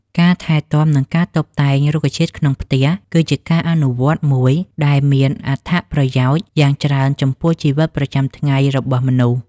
ការថែទាំ និងការតុបតែងរុក្ខជាតិក្នុងផ្ទះគឺជាការអនុវត្តមួយដែលមានអត្ថប្រយោជន៍យ៉ាងច្រើនចំពោះជីវិតប្រចាំថ្ងៃរបស់មនុស្ស។